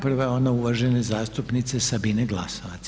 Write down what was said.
Prva je ona uvažene zastupnice Sabine Glasovac.